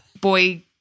boy